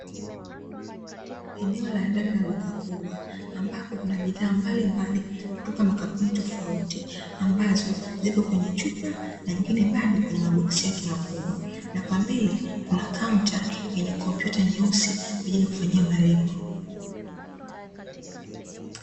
Eneo la ndani la duka kubwa ambapo kuna bidhaa mbalimbali kutoka makampuni tofauti, ambazo zipo kwenye chupa na nyingine bado kwenye maboksi yake makubwa. Na kwa mbele kuna kaunta yenye kompyuta nyeusi kwa ajili ya kufanyia malipo.